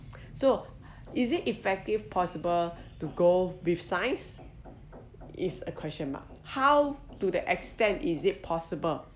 so is it effective possible to go with science is a question mark how to the extent is it possible